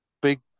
big